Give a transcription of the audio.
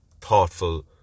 thoughtful